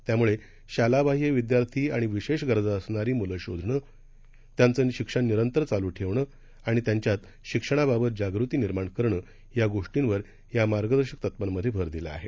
त्यामुळे शालाबाह्य विदयार्थी आणि विशेष गरजा असणारी मुलं शोधणं त्याचं शिक्षण निरंतर चालू ठेवणं आणि त्यांच्यात शिक्षणाबाबत जाग़ती निर्माण करणं य़ा गोष्टींवर या मार्गदर्शक तत्वांमध्ये भर दिला आहे